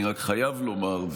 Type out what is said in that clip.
אני רק חייב לומר,